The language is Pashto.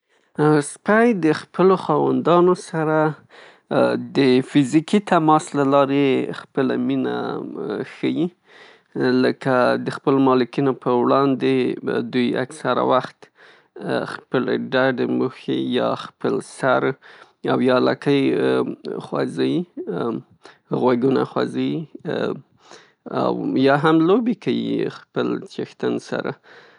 سپی د خپل خاوندانو سره د فزیکی تماس له لارې خپله مینه ښیي. لکه د خپل مالکینو په وړاندې دوی اکثره وخت خپلې ډډې موښي یا خپل سر یا لکۍ خوزي غوږونه خوزي او یا هم لوبې کيي خپل چیښتن سره.